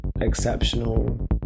exceptional